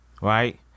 right